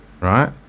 right